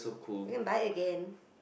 you can buy again